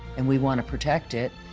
and we want to protect it,